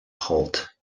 halt